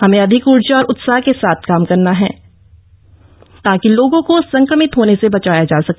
हमें अधिक ऊर्जा और उत्साह के साथ काम करना है ताकि लोगों को संक्रमित होने से बचाया जा सके